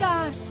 God